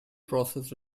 process